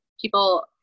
people